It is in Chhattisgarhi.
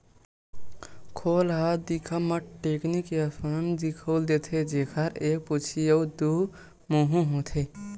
खोल ह दिखब म टेकनी के असन दिखउल देथे, जेखर एक पूछी अउ दू मुहूँ होथे